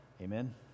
Amen